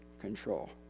control